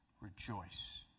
rejoice